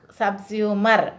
subsumer